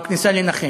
או "כניסה לנכה".